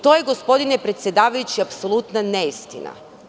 To je, gospodine predsedavajući, jedna neistina.